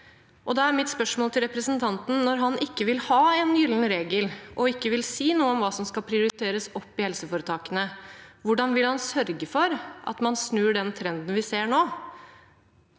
Da er mitt spørsmål til representanten: Når han ikke vil ha en gyllen regel og ikke vil si noe om hva som skal prioriteres opp i helseforetakene, hvordan vil han sørge for at man snur den trenden vi ser nå?